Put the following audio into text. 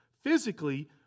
Physically